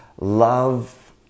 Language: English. Love